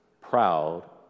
proud